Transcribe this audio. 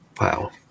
Wow